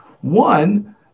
One